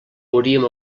hauríem